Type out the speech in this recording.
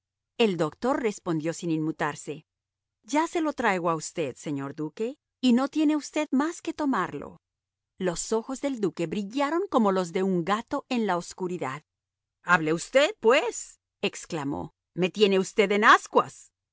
el doctor respondió sin inmutarse ya se lo traigo a usted señor duque y no tiene usted más que tomarlo los ojos del duque brillaron como los de un gato en la obscuridad hable usted pues exclamó me tiene usted en ascuas